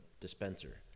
dispenser